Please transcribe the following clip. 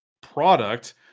product